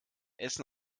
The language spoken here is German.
essen